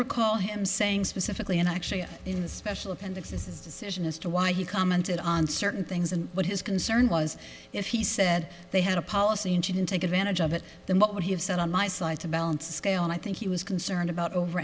recall him saying specifically and actually in the special appendix this is decision as to why he commented on certain things and what his concern was if he said they had a policy and shouldn't take advantage of it then what would he have said on my side to balance scale and i think he was concerned about over